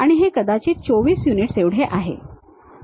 आणि हे कदाचित 24 युनिट्स एवढे आहे